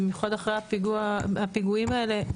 במיוחד אחרי הפיגועים האלה,